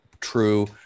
true